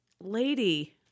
lady